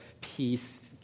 peace